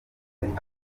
ahubwo